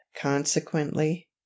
consequently